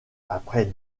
après